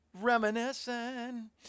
Reminiscing